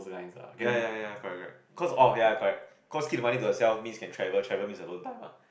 ya ya ya correct correct cause orh ya correct cause keep the money to herself means can travel travel means alone time lah